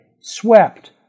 swept